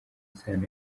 isano